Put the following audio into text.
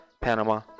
Panama